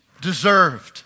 deserved